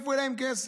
מאיפה יהיה לכם כסף?